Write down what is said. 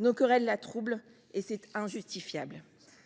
Nos querelles la troublent et c’est injustifiable.